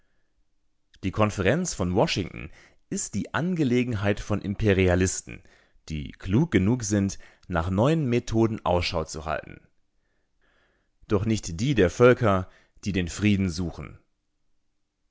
die konferenz von washington ist die angelegenheit von imperialisten die klug genug sind nach neuen methoden ausschau zu halten doch nicht die der völker die den frieden suchen